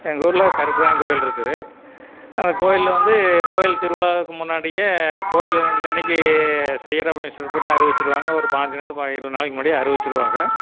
எங்கள் ஊரில் கருப்பராயன் கோயில் இருக்குது அந்த கோயிலில் வந்து கோயில் திருவிழாவுக்கு முன்னாடியே கோயில் இந்த அன்னிக்கி செய்கிறோம் அப்படின்னு சொல்லிபோட்டு அறிவிச்சுருவாங்க ஒரு பாஞ்சு நாள் இருபது நாளைக்கு முன்னாடியே அறிவிச்சுருவாங்க